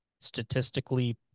statistically